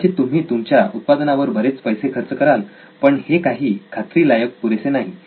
कदाचित तुम्ही तुमच्या उत्पादनावर बरेच पैसे खर्च कराल पण हे काही खात्रीलायक पुरेसे नाही